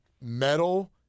metal